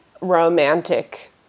romantic